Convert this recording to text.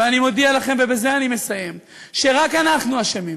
ואני מודיע לכם, ובזה אני מסיים, שרק אנחנו אשמים.